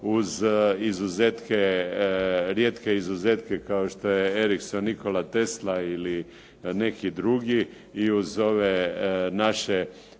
uz izuzetke, rijetke izuzetke kao što je "Erikson", "Nikola Tesla" ili neki drugi i uz ove naše